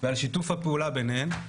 ועל שיתוף הפעולה ביניהן,